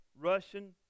Russian